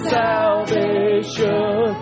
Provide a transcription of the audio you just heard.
salvation